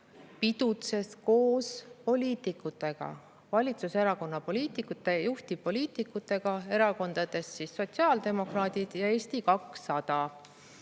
pidutses koos poliitikutega, valitsuserakonna juhtivpoliitikutega erakondadest sotsiaaldemokraadid ja Eesti 200,